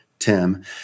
Tim